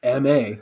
Ma